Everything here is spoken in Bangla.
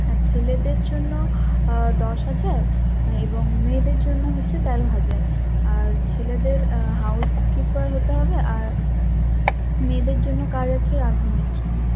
হ্যাঁ ছেলেদের জন্য দশ হাজার এবং মেয়েদের জন্য হচ্ছে তেরো হাজার আর ছেলেদের হাউসকিপার হতে হবে আর মেয়েদের জন্য কাজ আছে রাঁধুনির জন্য